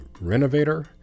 renovator